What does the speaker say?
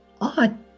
odd